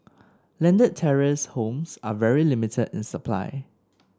landed terrace homes are very limited in supply